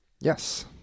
Yes